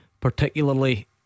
Particularly